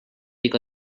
iga